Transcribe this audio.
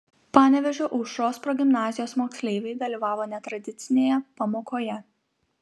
panevėžio aušros progimnazijos moksleiviai dalyvavo netradicinėje pamokoje